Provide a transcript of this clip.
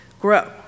grow